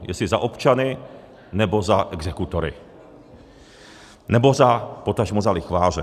Jestli za občany, nebo za exekutory, nebo potažmo za lichváře.